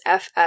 FF